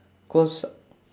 cause